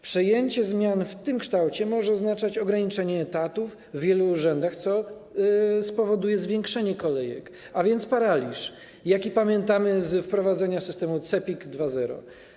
Przyjęcie zmian w tym kształcie może oznaczać ograniczenie etatów w wielu urzędach, co spowoduje zwiększenie kolejek, a więc paraliż, jaki pamiętamy z okresu wprowadzenia systemu CEPiK 2.0.